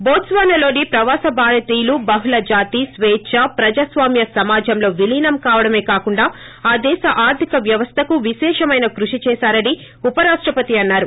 బొత్సాన లోనీ ప్రవాస భారతీయులు బహుళ జాతీ స్వేద్చా ప్రజాస్పామ్య సమాజంలో వీలీనం కావడమే కాకుండా ఆ దేశ ఆర్ధిక వ్యవస్థకు విశేష మైన కృషి చేసారని ఉపరాష్ణ పతి అన్నారు